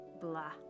blah